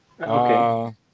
Okay